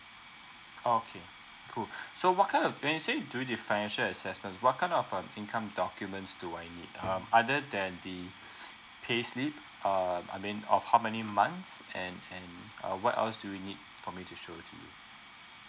okay cool so what kind of when you say do the financial assessments what kind of uh income documents do I need um other than the payslip err I mean of how many months and and uh what else do you need for me to show the